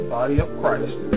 BodyofChrist